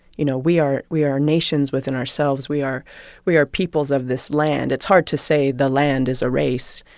you know, we are we are nations within ourselves. we are we are peoples of this land. it's hard to say the land is a race.